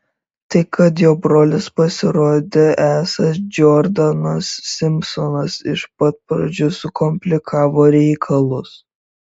tai kad jo brolis pasirodė esąs džordanas simpsonas iš pat pradžių sukomplikavo reikalus